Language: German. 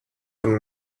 von